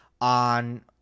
on